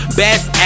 best